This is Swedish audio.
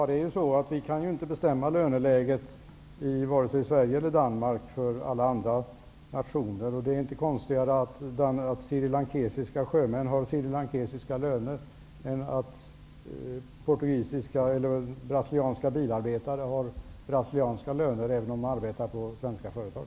Herr talman! Vi kan inte vare sig i Sverige eller i Danmark bestämma löneläget för alla andra nationer. Det är inte konstigare att srilankesiska sjömän har srilankesiska löner än att brasilianska bilarbetare har brasilianska löner även om de arbetar på svenska företag.